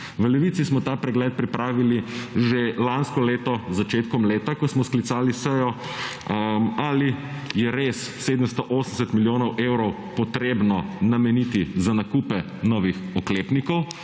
V Levici smo ta pregled pripravili že lansko leto začetkom leta, ko smo sklicali sejo ali je res 780 milijonov evrov potrebno nameniti za nakupe novih oklepnikov